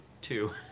two